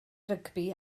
rygbi